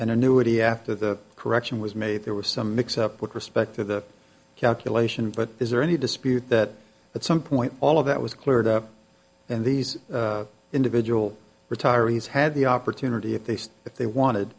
an annuity after the correction was made there was some mix up with respect to the calculation but is there any dispute that at some point all of that was cleared up and these individual retirees had the opportunity if they said they wanted